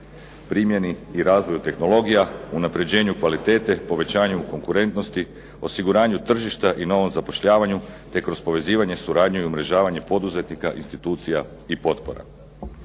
Primjeni, razvoju tehnologija, unapređenje kvalitete, povećanju konkurentnosti osiguranju tržišta i novom zapošljavanju te kroz povezivanje, suradnju i umrežavanju poduzetnika institucija i potpora.